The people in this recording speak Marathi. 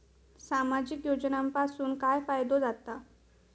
सामाजिक योजनांपासून काय फायदो जाता?